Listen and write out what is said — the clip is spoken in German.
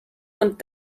und